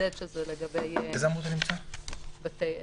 ולחדד שזה לגבי בתי עסק.